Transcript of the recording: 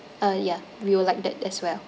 uh ya we will like that as well